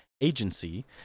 agency